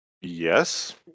Yes